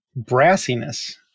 brassiness